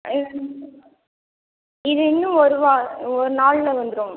இது இன்னும் ஒரு வா ஒரு நாள்ல வந்துடும்